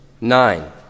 nine